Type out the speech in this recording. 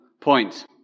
point